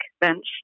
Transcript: bench